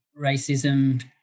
racism